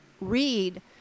read